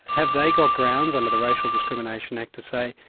have they got grounds under the racial discrimination act to say,